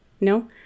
No